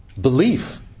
belief